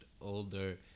older